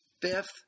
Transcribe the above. Fifth